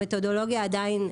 המתודולוגיה עדיין,